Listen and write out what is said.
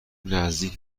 نزدیک